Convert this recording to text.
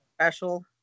special